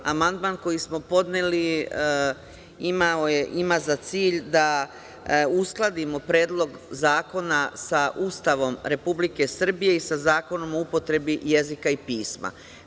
Amandman koji smo podneli ima za cilj da uskladimo Predlog zakona sa Ustavom Republike Srbije i sa Zakonom o upotrebi jezika i pisma.